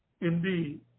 indeed